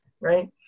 right